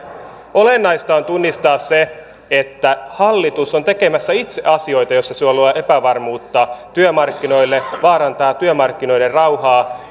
olennaista on tunnistaa se että hallitus on tekemässä itse asioita joilla se luo epävarmuutta työmarkkinoille vaarantaa työmarkkinoiden rauhaa